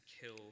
kill